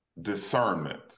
discernment